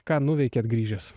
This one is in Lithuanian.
ką nuveikėt grįžęs